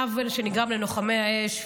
עוול שנגרם ללוחמי האש,